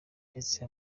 ndetse